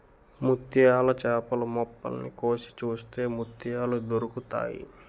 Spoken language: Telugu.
ముత్యాల చేపలు మొప్పల్ని కోసి చూస్తే ముత్యాలు దొరుకుతాయి